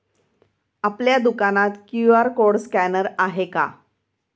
आपल्या दुकानात QR code scanner आहे का?